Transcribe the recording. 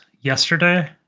yesterday